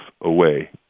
away